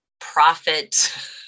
profit